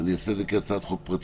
אעשה את זה אפילו כהצעת חוק פרטית.